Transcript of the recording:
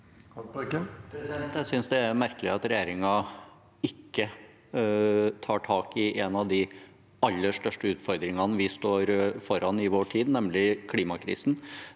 Jeg synes det er merkelig at regjeringen ikke tar tak i en av de aller største utfordringene vi står foran i vår tid, nemlig klimakrisen,